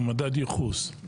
או מדד ייחוס.